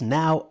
now